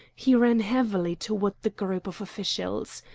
he ran heavily toward the group of officials.